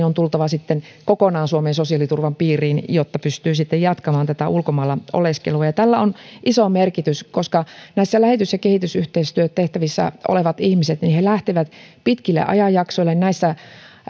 on tultava sitten kokonaan suomen sosiaaliturvan piiriin jotta pysyvät suomen sosiaaliturvassa ja pystyvät sitten jatkamaan sitä ulkomailla oleskelua tällä on iso merkitys koska lähetys ja kehitysyhteistyötehtävissä olevat ihmiset lähtevät pitkille ajanjaksoille näissä